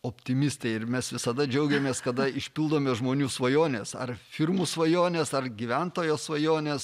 optimistai ir mes visada džiaugiamės kada išpildome žmonių svajones ar firmų svajones ar gyventojo svajones